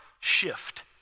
shift